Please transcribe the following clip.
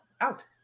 out